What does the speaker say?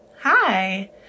Hi